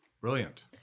Brilliant